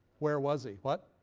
where was he? what?